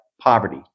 poverty